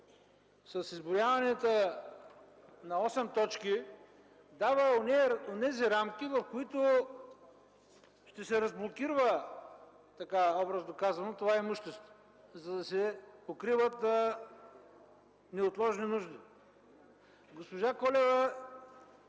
с изброяването на осем точки дава онези рамки, в които ще се разблокирва, образно казано, това имущество, за да се покриват неотложни нужди. Госпожа Колева